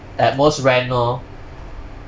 at most rent lor